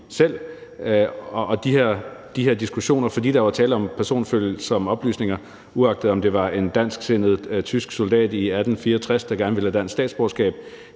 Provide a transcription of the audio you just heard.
blev holdt i udvalget, fordi der var tale om personfølsomme oplysninger, uagtet om det var en dansksindet tysk soldat i 1864, der gerne ville have dansk statsborgerskab,